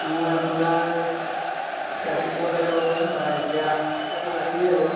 মই আপোনাৰ ৰাতিপুৱালৈ যাব পাৰিম বা এতিয়া এতিয়াতো ৰাতিয়ে হ'ল